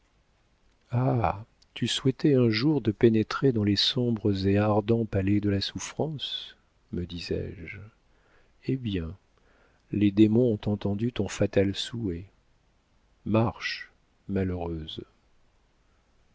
tu souhaitais un jour de pénétrer dans les sombres et ardents palais de la souffrance me disais-je eh bien les démons ont entendu ton fatal souhait marche malheureuse